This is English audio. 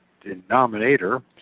denominator